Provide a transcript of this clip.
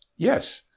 yes,